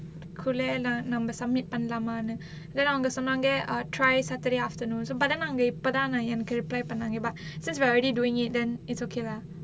குலேல நம்ம:kulela namma submit பண்லாமானு இல்ல அவங்க சொன்னாங்க:panlamaanu illa avanga sonnaanga try saturday afternoon so எப்பதான் நா எனக்கு:eppathaan naa enakku reply பண்ணாங்க:pannaanga but since we are doing it then it's okay lah